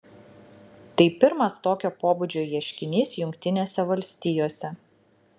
tai pirmas tokio pobūdžio ieškinys jungtinėse valstijose